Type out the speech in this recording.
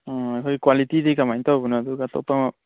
ꯑꯥ ꯑꯩꯈꯣꯏꯒꯤ ꯀ꯭ꯋꯥꯂꯤꯇꯤꯗꯤ ꯀꯃꯥꯏꯅ ꯇꯧꯕꯅꯣ ꯑꯗꯨꯒ ꯑꯇꯣꯞꯄ ꯑꯃ